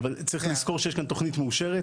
אבל צריך לזכור שיש כאן תוכנית מאושרת,